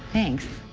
thanks.